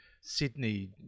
Sydney